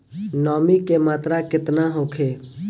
नमी के मात्रा केतना होखे?